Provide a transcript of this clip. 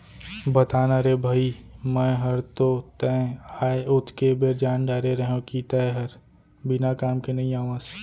बता ना रे भई मैं हर तो तैं आय ओतके बेर जान डारे रहेव कि तैं हर बिना काम के नइ आवस